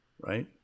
right